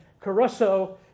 Caruso